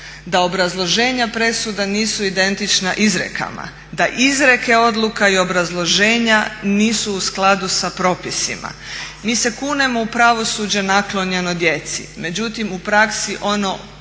Da obrazloženja presuda nisu identična izrekama. Da izrijeke odluka i obrazloženja nisu u skladu sa propisima. Mi se kunemo u pravosuđe naklonjeno djeci, međutim u praksi ono